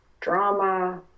drama